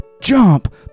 Jump